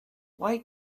why